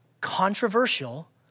controversial